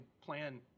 plan